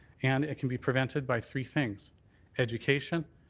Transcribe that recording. and it can be prevented by three things education,